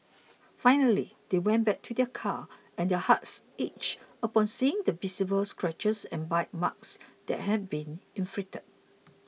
finally they went back to their car and their hearts ached upon seeing the visible scratches and bite marks that had been inflicted